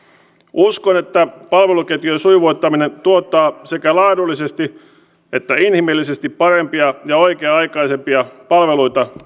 uskon että palveluketjujen sujuvoittaminen tuottaa sekä laadullisesti että inhimillisesti parempia ja oikea aikaisempia palveluita